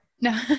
no